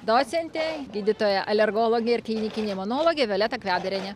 docentė gydytoja alergologė ir klinikinė imunologė violeta kvedarienė